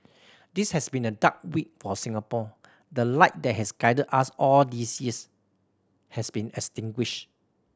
this has been a dark week for Singapore the light that has guided us all these years has been extinguished